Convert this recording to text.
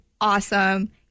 awesome